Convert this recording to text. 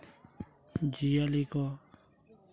ᱡᱤᱭᱟᱹᱞᱤ ᱠᱚ